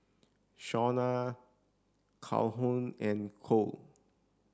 Shawna Calhoun and Cole